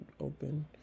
open